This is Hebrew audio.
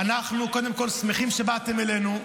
קודם כול, אנחנו שמחים שבאתם אלינו,